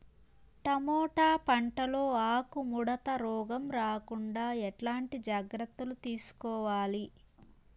Tomato పంట లో ఆకు ముడత రోగం రాకుండా ఎట్లాంటి జాగ్రత్తలు తీసుకోవాలి?